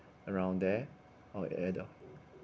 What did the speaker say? around there or at the